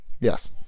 Yes